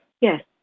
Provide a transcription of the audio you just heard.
Yes